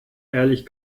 ehrlich